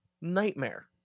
Nightmare